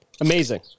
Amazing